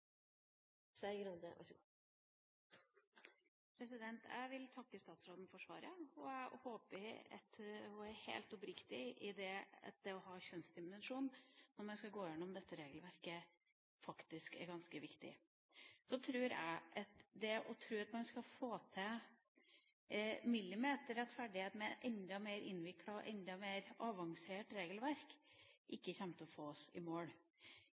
det å ha en kjønnsdimensjon når man skal gå igjennom dette regelverket, faktisk er ganske viktig. Det å tro at man skal få til millimeterrettferdighet med et enda mer innviklet og avansert regelverk, tror jeg ikke kommer til å få oss i mål.